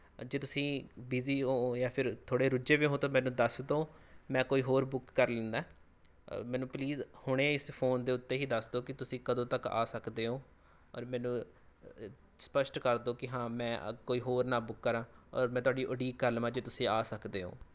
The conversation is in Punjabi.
ਜੇ ਤੁਸੀਂ ਬੀਜ਼ੀ ਹੋ ਜਾਂ ਫਿਰ ਥੋੜ੍ਹੇ ਰੁਝੇ ਵੇ ਹੋ ਤਾਂ ਮੈਨੂੰ ਦੱਸ ਦਿਉ ਮੈਂ ਕੋਈ ਹੋਰ ਬੁੱਕ ਕਰ ਲੈਂਦਾ ਮੈਨੂੰ ਪਲੀਜ਼ ਹੁਣੇ ਇਸ ਫੋਨ ਦੇ ਉੱਤੇ ਹੀ ਦੱਸ ਦਿਉ ਕਿ ਤੁਸੀਂ ਕਦੋਂ ਤੱਕ ਆ ਸਕਦੇ ਹੋ ਔਰ ਮੈਨੂੰ ਸਪੱਸ਼ਟ ਕਰ ਦਿਉ ਕਿ ਹਾਂ ਮੈਂ ਕੋਈ ਹੋਰ ਨਾ ਬੁੱਕ ਕਰਾਂ ਔਰ ਮੈਂ ਤੁਹਾਡੀ ਉਡੀਕ ਕਰ ਲਵਾਂ ਜੇ ਤੁਸੀਂ ਆ ਸਕਦੇ ਹੋ